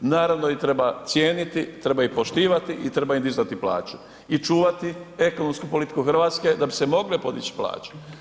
Naravno, treba cijeniti, treba i poštivati i treba im dizati plaću i čuvati ekonomsku politiku Hrvatske da bi se mogle podići plaće.